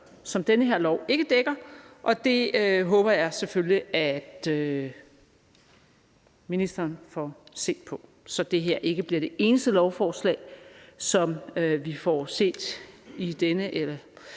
som denne lov ikke dækker, og det håber jeg selvfølgelig at ministeren får set på, så det her ikke bliver det eneste lovforslag, som vi får set i denne